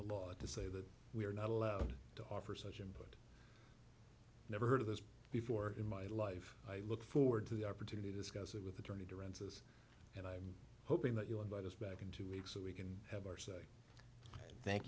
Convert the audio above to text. the law to say that we are not allowed to offer such and never heard of this before in my life i look forward to the opportunity to discuss it with attorney duran says and i'm hoping that you invite us back in two weeks so we can have our say thank